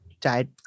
died